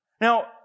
Now